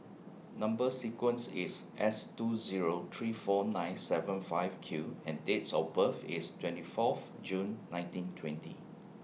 Number sequence IS S two Zero three four nine seven five Q and Dates of birth IS twenty forth June nineteen twenty